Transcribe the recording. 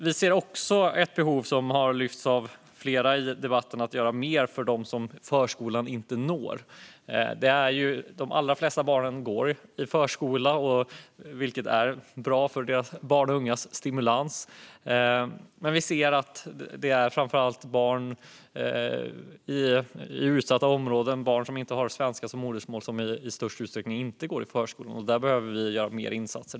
Vi ser också ett behov som har lyfts av flera i debatten, nämligen att göra mer för dem som förskolan inte når. De allra flesta barn går i förskolan, vilket är bra för barnens stimulans. Men vi ser att barn i utsatta områden och barn som inte har svenska som modersmål är de som i störst utsträckning inte går i förskolan, och där behöver vi göra fler insatser.